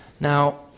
now